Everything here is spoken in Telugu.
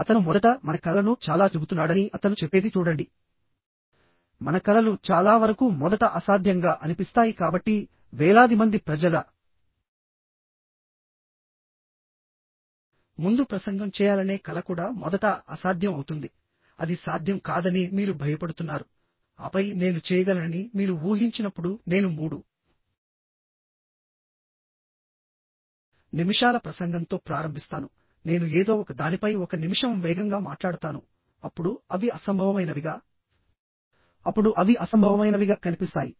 అతను మొదట మన కలలను చాలా చెబుతున్నాడని అతను చెప్పేది చూడండి మన కలలు చాలా వరకు మొదట అసాధ్యంగా అనిపిస్తాయి కాబట్టి వేలాది మంది ప్రజల ముందు ప్రసంగం చేయాలనే కల కూడా మొదట అసాధ్యం అవుతుంది అది సాధ్యం కాదని మీరు భయపడుతున్నారు ఆపై నేను చేయగలనని మీరు ఊహించినప్పుడు నేను మూడు నిమిషాల ప్రసంగంతో ప్రారంభిస్తాను నేను ఏదో ఒక దానిపై ఒక నిమిషం వేగంగా మాట్లాడతానుఅప్పుడు అవి అసంభవమైనవిగా అప్పుడు అవి అసంభవమైనవిగా కనిపిస్తాయి